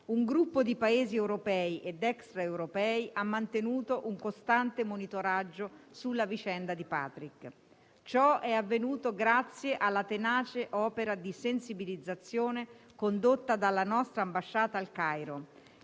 un gruppo di Paesi europei ed extraeuropei ha mantenuto un costante monitoraggio sulla vicenda di Patrick. Ciò è avvenuto grazie alla tenace opera di sensibilizzazione condotta dalla nostra ambasciata al Cairo,